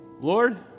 lord